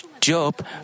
Job